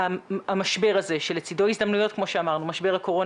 חשוב מאוד גם הנושא של ההסברה בקרב בני נוער.